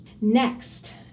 Next